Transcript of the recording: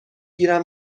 گیرم